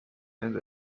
enda